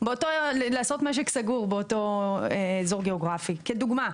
לעשות משק סגור באותו אזור גיאוגרפי, כדוגמה,